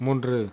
மூன்று